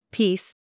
Peace